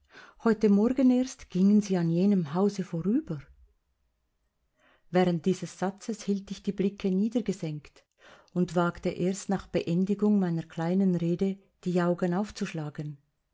heute morgen erst gingen sie an jenem hause vorüber während dieses satzes hielt ich die blicke niedergesenkt und wagte erst nach beendigung meiner kleinen rede die augen aufzuschlagen